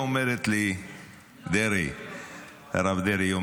הרב דרעי,